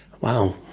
wow